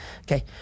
okay